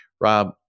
Rob